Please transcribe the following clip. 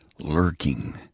lurking